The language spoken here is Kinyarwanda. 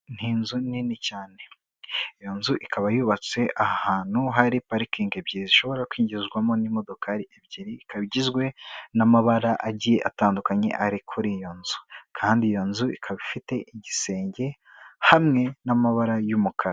Ni inzu nini cyane. Iyo nzu ikaba yubatse ahantu hari parikingi ebyiri zishobora kwinjizwamo n'imodokari ebyiri, ikaba igizwe n'amabara agiye atandukanye ari kuri iyo nzu kandi iyo nzu ikaba ifite igisenge hamwe n'amabara y'umukara.